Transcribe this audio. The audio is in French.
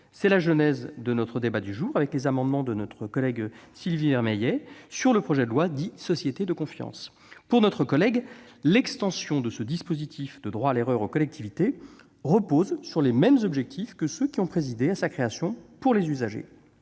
C'est la genèse de notre débat du jour, qui s'appuie sur l'amendement de notre collègue Vermeillet au projet de loi dit « Société de confiance ». Pour notre collègue, l'extension de ce dispositif de droit à l'erreur aux collectivités repose sur les mêmes principes que ceux qui ont présidé à sa création pour les usagers.